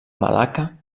malacca